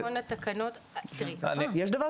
בואו